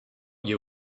you